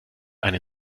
eine